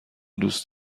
دوست